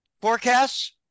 forecasts